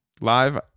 live